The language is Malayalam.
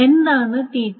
എന്താണ് T2 T1